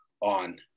on